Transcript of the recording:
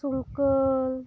ᱥᱟᱹᱝᱠᱟᱹᱭ